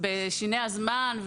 בשיני הזמן,